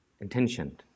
intention